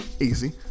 Easy